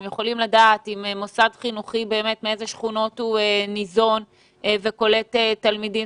הם יכולים לדעת מאיזה שכונות ניזון מוסד חינוכי וקולט תלמידים.